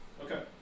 Okay